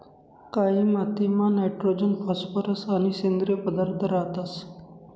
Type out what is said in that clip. कायी मातीमा nitrogen phosphorus आणि सेंद्रिय पदार्थ रातंस